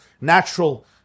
natural